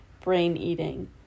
brain-eating